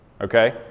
okay